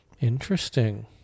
Interesting